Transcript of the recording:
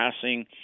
passing